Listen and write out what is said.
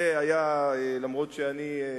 זה היה אפילו שאני,